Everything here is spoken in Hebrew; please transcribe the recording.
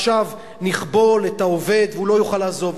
עכשיו נכבול את העובד והוא לא יוכל לעזוב,